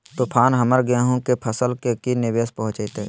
तूफान हमर गेंहू के फसल के की निवेस पहुचैताय?